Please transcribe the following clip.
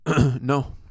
No